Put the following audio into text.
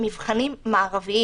מבחנים מערביים.